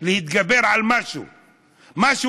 להתגבר על משהו,